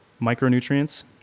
micronutrients